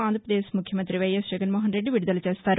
ఆంధ్రప్రదేశ్ ముఖ్యమంత్రి వైఎస్ జగన్మోహన్రెడ్డి విడుదల చేస్తారు